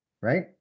right